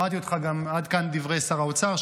עד כאן דברי שר האוצר.